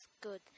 good